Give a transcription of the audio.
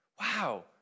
wow